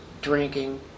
drinking